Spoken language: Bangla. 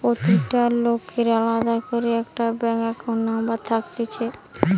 প্রতিটা লোকের আলদা করে একটা ব্যাঙ্ক একাউন্ট নম্বর থাকতিছে